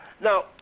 Now